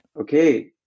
Okay